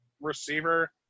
receiver